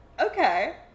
Okay